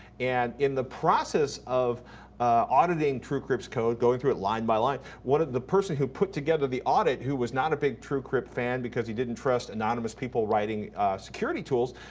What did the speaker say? and in the process of auditing truecrypt's code, going through it line by line, the person who put together the audit, who was not a big truecrypt fan because he didn't trust anonymous people writing security tools,